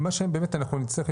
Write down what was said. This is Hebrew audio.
מה שבאמת אנחנו נצטרך,